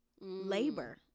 Labor